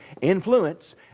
Influence